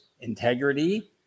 integrity